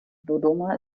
dodoma